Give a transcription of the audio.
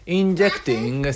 injecting